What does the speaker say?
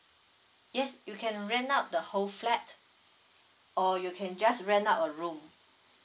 yes you can rent out the whole flat or you can just rent out a room